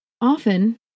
often